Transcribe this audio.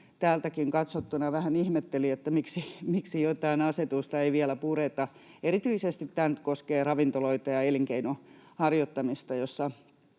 täältäkin katsottuna vähän ihmetteli, miksi jotain asetusta ei vielä pureta. Tämä nyt koskee erityisesti ravintoloita ja elinkeinon harjoittamista,